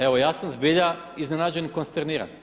Evo ja sam zbilja iznenađen i konsterniran.